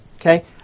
okay